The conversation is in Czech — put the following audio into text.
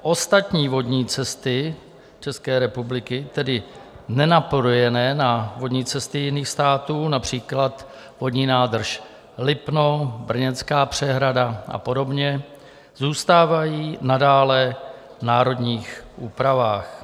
Ostatní vodní cesty České republiky, tedy nenapojené na vodní cesty jiných států, například vodní nádrž Lipno, Brněnská přehrada a podobně, zůstávají nadále v národních úpravách.